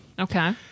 Okay